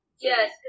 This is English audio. Yes